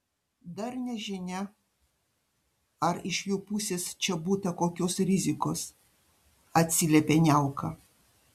dar nežinia ar iš jų pusės čia būta kokios rizikos atsiliepė niauka